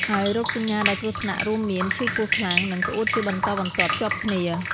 ហើយរោគសញ្ញាដែលគ្រោះថ្នាក់រួមមាន ឈឺពោះខ្លាំង និងក្អួតជាបន្តបន្ទាប់ជាប់គ្នា។